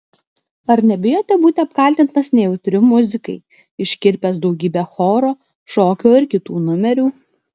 ar nebijote būti apkaltintas nejautriu muzikai iškirpęs daugybę choro šokio ir kitų numerių